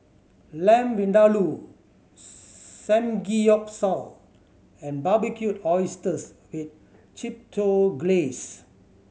Lamb Vindaloo Samgeyopsal and Barbecued Oysters with Chipotle Glaze